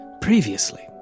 Previously